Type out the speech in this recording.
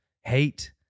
hate